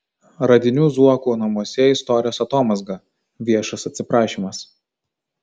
radinių zuokų namuose istorijos atomazga viešas atsiprašymas